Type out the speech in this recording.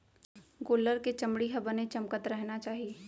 गोल्लर के चमड़ी ल बने चमकत रहना चाही